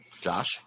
Josh